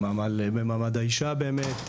במעמד האישה באמת,